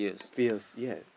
fears ya